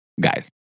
Guys